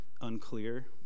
unclear